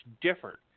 different